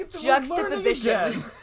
juxtaposition